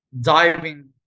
diving